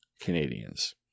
Canadians